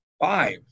five